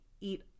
eat